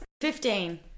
Fifteen